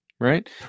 right